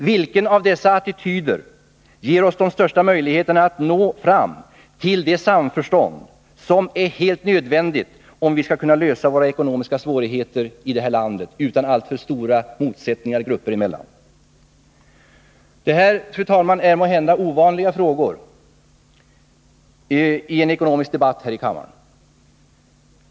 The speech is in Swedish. Vilken av dessa två attityder ger oss de största möjligheterna att nå fram till det samförstånd som är helt nödvändigt, om vi skall kunna lösa våra ekonomiska svårigheter utan alltför stora motsättningar mellan olika grupper? Fru talman! Det är måhända något ovanligt att frågor av det här slaget ställs i en ekonomisk debatt här i kammaren.